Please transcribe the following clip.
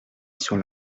sur